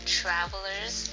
travelers